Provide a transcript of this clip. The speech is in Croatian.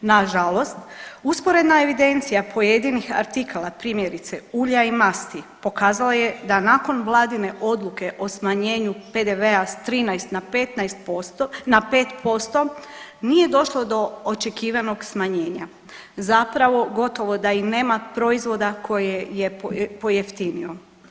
Nažalost, usporedna evidencija pojedinih artikala primjerice ulja i masti pokazala je da nakon vladine odluke o smanjenju PDV-a s 13 na 15%, na 5% nije došlo do očekivanog smanjenja, zapravo gotovo da i nema proizvoda koje je pojeftinio.